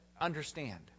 understand